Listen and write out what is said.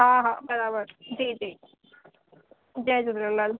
हा हा बराबरि जी जी जय झूलेलाल